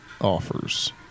offers